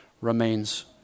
remains